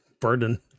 burden